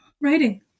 Writing